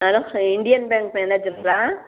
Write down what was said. hello hi Indian Bank மேனேஜுருங்களா